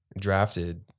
drafted